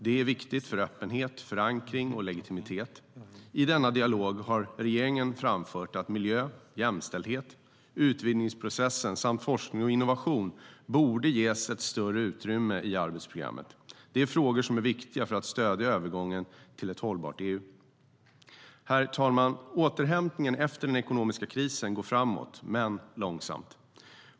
Det är viktigt för öppenhet, förankring och legitimitet. I denna dialog har regeringen framfört att miljö, jämställdhet, utvidgningsprocessen samt forskning och innovation borde ges ett större utrymme i arbetsprogrammet. Det är frågor som är viktiga för att stödja övergången till ett hållbart EU.Herr talman! Återhämtningen efter den ekonomiska krisen går framåt, men långsamt.